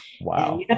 Wow